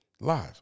live